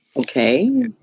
Okay